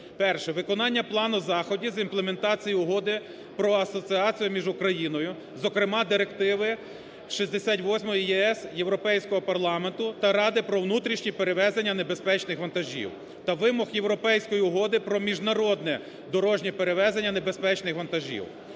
перше, Виконання плану заходів з імплементації угоди про Асоціацію між Україною, зокрема Директиви 68 ЄС Європейського парламенту та ради про внутрішні перевезення небезпечних вантажів та вимог європейської угоди про міжнародне дорожнє перевезення небезпечних вантажів,